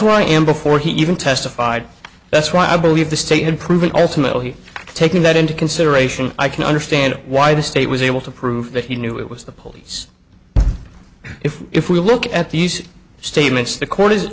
and before he even testified that's why i believe the state had proven alternately taking that into consideration i can understand why the state was able to prove that he knew it was the police if if we look at these statements the court is